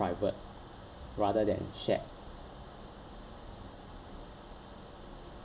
private rather than shared